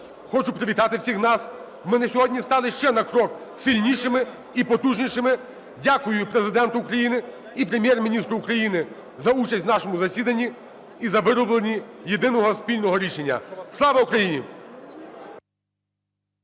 Хочу привітати всіх нас. Ми на сьогодні стали ще на крок сильнішими і потужнішими. Дякую Президенту України і Прем'єр-міністру України за участь в нашому засіданні і за вироблення єдиного спільного рішення. Слава Україні!